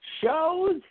shows